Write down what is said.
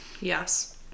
Yes